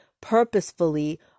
purposefully